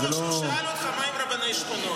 ואני בטוח שהוא שאל אותך מה עם רבני השכונות.